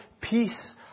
peace